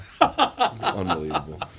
Unbelievable